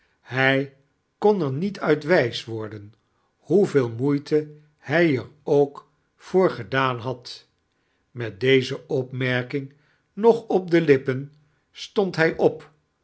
hij kon er niet uit wije worden hoeveel moeite hij er ook voor gedaan had met dieze opmerkimg iiog op de lippen stand hij op